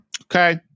Okay